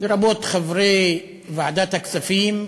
לרבות חברי ועדת הכספים,